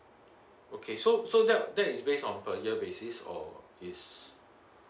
okay so so that that is based on per year basis or is